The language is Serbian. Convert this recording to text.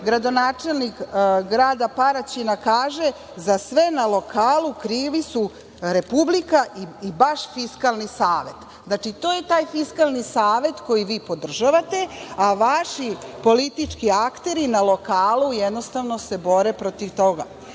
gradonačelnik grada Paraćina, kaže - za sve na lokalu krivi su Republika i baš Fiskalni savet. Znači, to je taj Fiskalni savet koji vi podržavate, a vaši politički akteri na lokalu jednostavno se bore protiv